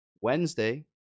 Wednesday